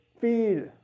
feel